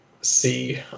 see